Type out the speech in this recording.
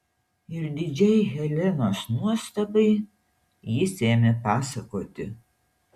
ir didžiai helenos nuostabai jis ėmė pasakoti